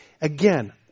again